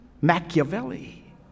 Machiavelli